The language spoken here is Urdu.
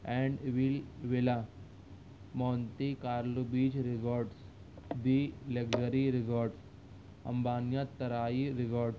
and well villa Monte Carlo beach resorts be luxury resorts امبانیہ ترائی ریزارٹس